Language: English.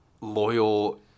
loyal